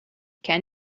can